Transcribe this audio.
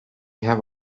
have